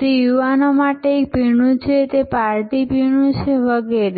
તે યુવાનો માટે પીણું છે તે પાર્ટી પીણું છે વગેરે